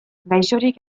gaixorik